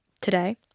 today